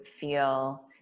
feel